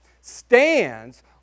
stands